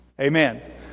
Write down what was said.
Amen